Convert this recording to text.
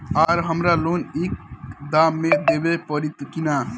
आर हमारा लोन एक दा मे देवे परी किना?